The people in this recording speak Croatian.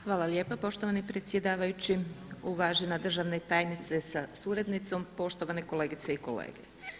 Hvala lijepa poštovani predsjedavajući, uvažena državna tajnice sa suradnicom, poštovane kolegice i kolege.